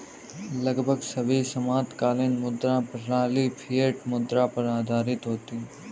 लगभग सभी समकालीन मुद्रा प्रणालियाँ फ़िएट मुद्रा पर आधारित होती हैं